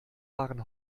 waren